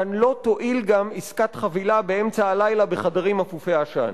כאן לא תועיל גם עסקת חבילה באמצע הלילה בחדרים אפופי עשן.